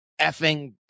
effing